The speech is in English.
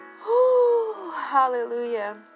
Hallelujah